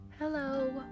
Hello